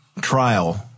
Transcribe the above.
trial